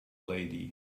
lady